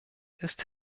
ist